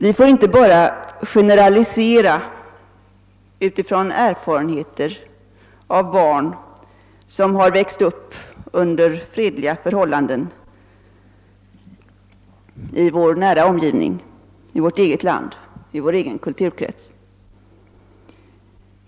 Vi får inte bara generalisera utifrån erfarenheter av barn som har vuxit upp under fredliga förhållanden i vår omgivning, i vårt eget land, i vår egen kulturkrets.